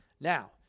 Now